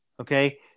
Okay